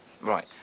Right